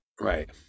Right